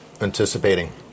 anticipating